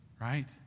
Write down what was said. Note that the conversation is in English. Right